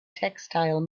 textile